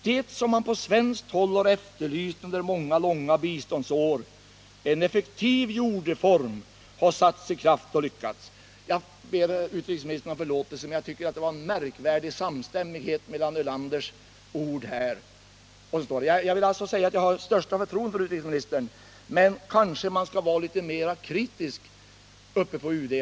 Det som man på svenskt håll har efterlyst under många långa biståndsår, en effektiv jordreform, har satts i kraft och lyckats.” Jag ber utrikesministern om förlåtelse, men jag tycker att det är en märkvärdig samstämmighet mellan Ölanders ord och svaret. Jag har det största förtroende för utrikesministern, men kanske man skall vara litet mer kritisk uppe på UD!